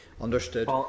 Understood